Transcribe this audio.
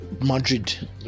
madrid